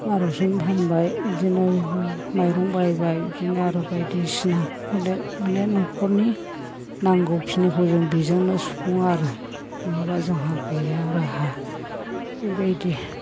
बार'स'नि फानबाय बिदिनो माइरं बायबाय बिदिनो आरो बायदिसिना अनेक माने न'खरनि नांगौखिनिखौ जों बेजोंनो सुफुङो आरो नङाबा जोंहा गैया राहा बेबायदि